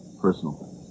personal